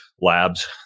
labs